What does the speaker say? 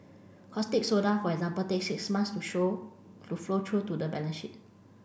caustic soda for example takes six months to show to flow through to the balance sheet